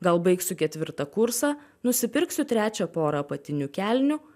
gal baigsiu ketvirtą kursą nusipirksiu trečią porą apatinių kelnių